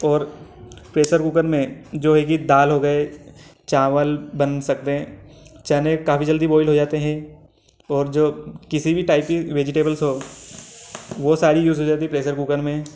और pressure cooker में जो है कि दाल हो गए चावल बन सकते हैं चने काफ़ी जल्दी बॉइल्ड हो जाते हैं और जो किसी भी टाइप की वेजिटेबल्स हो वे सारी यूज़ हो जाती हैं प्रेसर कुकर में